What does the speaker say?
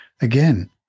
again